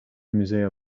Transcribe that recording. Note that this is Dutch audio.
musea